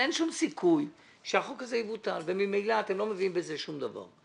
אין שום סיכוי שהחוק הזה יבוטל וממילא אתם לא מביאים בזה שום דבר.